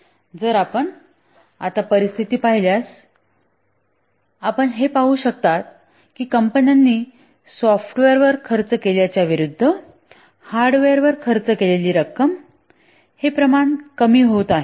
जर आपण आता परिस्थिती पाहिल्यास आपण हे पाहू शकता की कंपन्यांनी सॉफ्टवेअरवर खर्च केल्याच्या विरूद्ध हार्डवेअरवर खर्च केलेली रक्कम हे प्रमाण कमी होत आहे